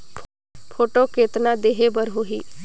Photo कतना देहें बर होहि?